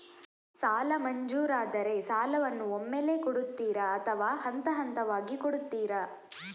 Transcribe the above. ಸಾಲ ಮಂಜೂರಾದರೆ ಸಾಲವನ್ನು ಒಮ್ಮೆಲೇ ಕೊಡುತ್ತೀರಾ ಅಥವಾ ಹಂತಹಂತವಾಗಿ ಕೊಡುತ್ತೀರಾ?